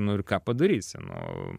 nu ir ką padarysi nu